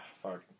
fuck